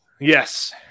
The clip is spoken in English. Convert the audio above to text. Yes